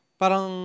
parang